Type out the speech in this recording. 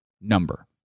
number